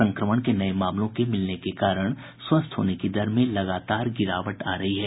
संक्रमण के नये मामलों के मिलने के कारण स्वस्थ होने की दर में लगातार गिरावट आ रही है